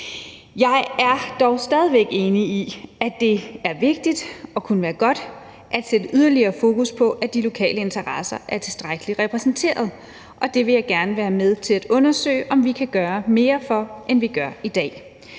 Jeg er dog stadig væk enig i, at det er vigtigt og kunne være godt at sætte yderligere fokus på, at de lokale interesser er tilstrækkeligt repræsenteret, og det vil jeg gerne være med til at undersøge om vi kan gøre mere for, end vi gør i dag.